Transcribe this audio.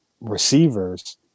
receivers